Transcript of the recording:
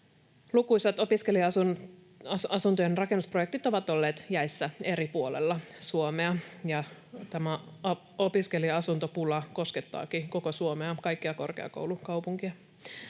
Lukuisat opiskelija-asuntojen rakennusprojektit ovat olleet jäissä eri puolella Suomea, ja tämä opiskelija-asuntopula koskettaakin koko Suomea, kaikkia korkeakoulukaupunkeja.